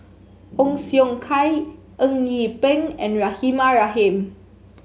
Ong Siong Kai Eng Yee Peng and Rahimah Rahim